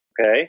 okay